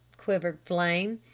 quivered flame.